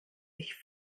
sich